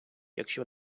якщо